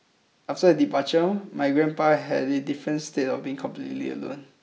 after her departure my grandpa had a different state of being completely alone